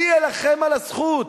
אני אלחם על הזכות